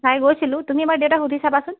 চাই গৈছিলোঁ তুমি এইবাৰ দেউতাক সুধি চাবাচোন